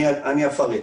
ואפרט.